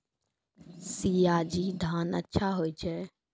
सयाजी धान अच्छा होय छै?